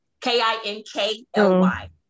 K-I-N-K-L-Y